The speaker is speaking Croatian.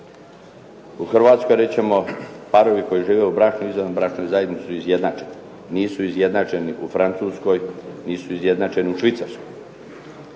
U Hrvatskoj reći ćemo parovi koji žive u braku i izvanbračnoj zajednici su izjednačeni. Nisu izjednačeni u Francuskoj, nisu izjednačeni u Švicarskoj.